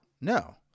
no